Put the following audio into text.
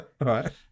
right